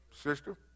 sister